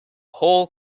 whole